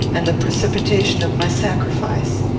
and the precipitation of my sacrifice.